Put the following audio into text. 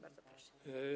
Bardzo proszę.